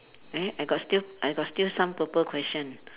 eh I got still I got still some purple question